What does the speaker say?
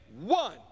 one